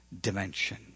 dimension